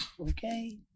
Okay